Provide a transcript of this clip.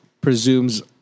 presumes